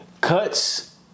Cuts